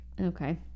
okay